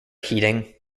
heating